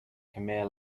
khmer